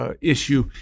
Issue